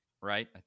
right